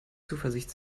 zuversicht